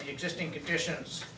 existing conditions